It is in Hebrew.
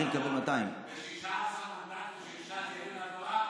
אנחנו צריכים לקבל 200. 16 מנדטים של ש"ס ויהדות התורה,